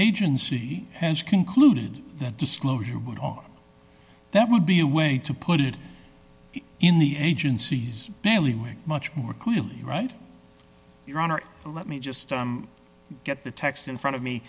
agency has concluded that disclosure would that would be a way to put it in the agency's nearly week much more clearly right your honor let me just get the text in front of me